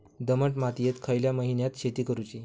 दमट मातयेत खयल्या महिन्यात शेती करुची?